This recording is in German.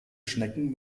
schnecken